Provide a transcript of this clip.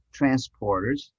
transporters